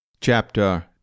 Chapter